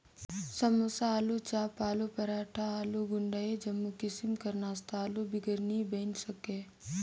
समोसा, आलूचाप, आलू पराठा, आलू गुंडा ए जम्मो किसिम कर नास्ता आलू बिगर नी बइन सके